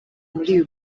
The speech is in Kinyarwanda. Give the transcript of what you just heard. muri